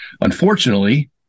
Unfortunately